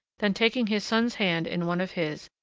then, taking his son's hand in one of his,